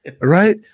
right